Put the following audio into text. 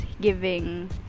giving